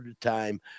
time